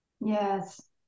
yes